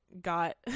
got